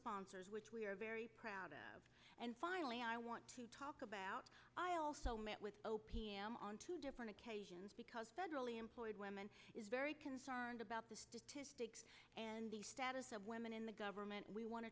sponsors which we are very proud of and finally i want to talk about i also met with o p m on two different occasions because federally employed women is very concerned about the statistics and the status of women in the government and we want